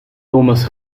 thomas